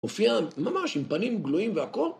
הופיע ממש עם פנים גלויים והכול.